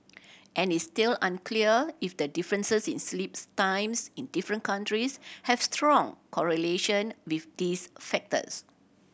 and it's still unclear if the differences in sleeps times in different countries have strong correlation with these factors